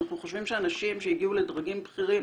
אנחנו חושבים שאנשים שהגיעו לדרגים בכירים